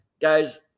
guys